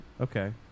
okay